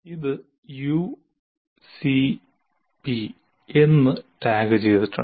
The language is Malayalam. ഇത് യു സി പി എന്ന് ടാഗുചെയ്തിട്ടുണ്ട്